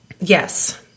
Yes